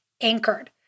anchored